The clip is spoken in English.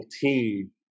team